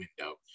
window